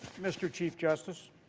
mr. chief justice